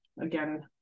again